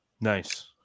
Nice